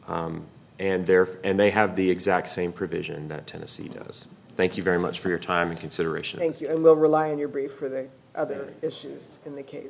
and therefore and they have the exact same provision that tennessee does thank you very much for your time and consideration and rely on your brief for the other issues in the case